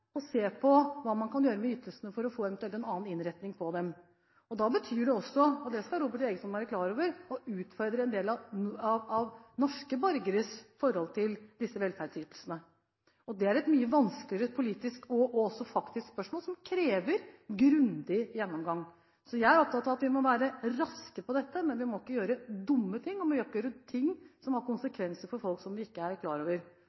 og se på hva man kan gjøre med ytelsene, for eventuelt å få en annen innretning på dem. Da betyr det også – og det skal Robert Eriksson være klar over – å utfordre en del av norske borgeres forhold til disse velferdsytelsene. Det er et mye vanskeligere politisk og faktisk spørsmål som krever grundig gjennomgang. Så jeg er opptatt av at vi må være raske, men vi må ikke gjøre dumme ting, og vi må ikke gjøre ting som har konsekvenser for folk som vi ikke er klar over.